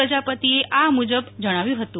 પ્રજાપતિએ આ મુજબ જણાવ્યું હતું